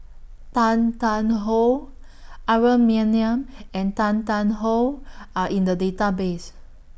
Tan Tarn How Aaron Maniam and Tan Tarn How Are in The Database